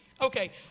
Okay